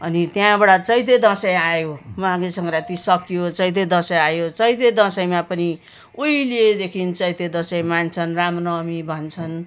अनि त्यहाँबाट चैते दसैँ आयो माघे सङ्क्रान्ति सकियो चैते दसैँ आयो चैते दसैँमा पनि उहिलेदेखि चाहिँ चैते दसैँ मान्छन् रामनवमी भन्छन्